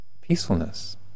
peacefulness